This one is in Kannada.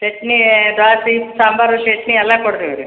ಚಟ್ನಿ ದೋಸಿ ಸಾಂಬಾರ್ ಚಟ್ನಿ ಎಲ್ಲ ಕೊಡ್ತಿವಿ ರೀ